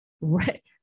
Right